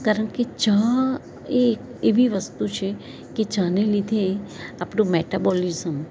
કારણકે ચા એ એવી વસ્તુ છે કે ચા ને લીધે આપડું મેટાબોલીસમ